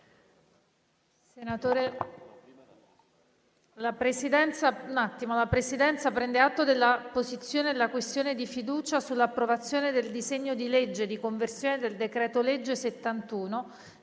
finestra"). La Presidenza prende atto della posizione della questione di fiducia sull'approvazione del disegno di legge di conversione del decreto-legge n.